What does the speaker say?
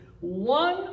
one